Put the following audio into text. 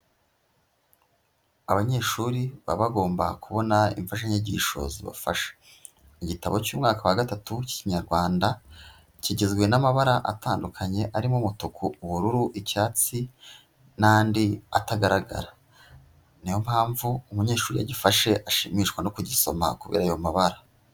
Abanyeshuri baba bagomba kubona imfashanyigisho zibafasha. Igitabo cy'umwaka wa gatatu k'Ikinyarwanda kigizwe n'amabara atandukanye arimo: umutuku, ubururu, icyatsi n'andi atagaragara. Ni yo mpamvu umunyeshuri iyo agifashe ashimishwa no kugisoma kubera ayo mabara.